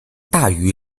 大于